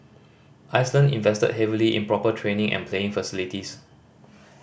Iceland invested heavily in proper training and playing facilities